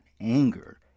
anger